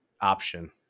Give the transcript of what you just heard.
option